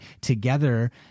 together